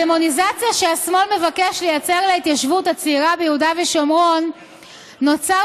בדמוניזציה שהשמאל מבקש לייצר להתיישבות הצעירה ביהודה ושומרון נוצר